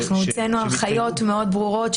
הוצאנו הנחיות מאוד ברורות,